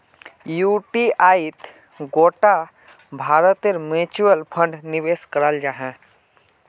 युटीआईत गोटा भारतेर म्यूच्यूअल फण्ड निवेश कराल जाहा